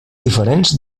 diferents